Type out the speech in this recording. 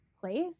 place